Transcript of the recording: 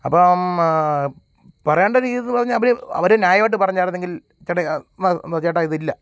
അപ്പം പറയേണ്ട രീതിയെന്ന് പറഞ്ഞാൽ അവർ അവർ ന്യായമായിട്ട് പറഞ്ഞിരുന്നെങ്കിൽ ചേട്ടാ വാ വന്നൊ ചേട്ടാ ഇതില്ല